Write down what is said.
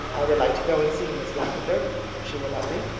i would like to go and see miss lavendar if she will let me.